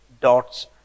dots